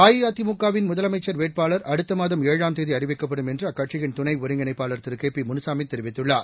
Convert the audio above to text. அஇஅதிமுக வின் முதலமைச்சன் வேட்பாளா் அடுத்த மாதம் ஏழாம் தேதி அறிவிக்கப்படும் என்று அக்கட்சியின் துணை ஒருங்கிணைப்பாளர் திரு கே பி முனுசாமி தெரிவித்துள்ளார்